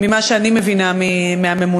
ממה שאני מבינה מהממונה,